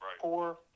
poor